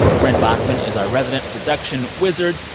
brent baughman is our resident production wizard.